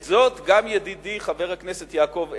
את זאת גם ידידי, חבר הכנסת יעקב אדרי,